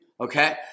okay